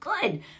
good